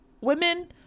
women